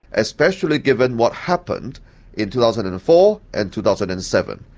especially given what happened in two thousand and four and two thousand and seven,